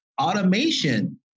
automation